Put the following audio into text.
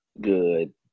Good